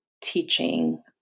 teaching